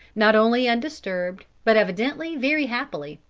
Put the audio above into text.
not only undisturbed, but evidently very happily.